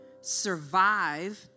survive